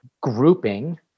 grouping